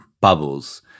bubbles